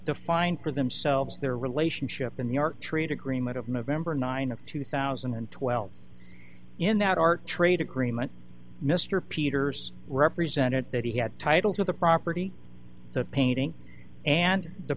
defined for themselves their relationship in new york trade agreement of november th of two thousand and twelve in that art trade agreement mr peters represented that he had title to the property the painting and the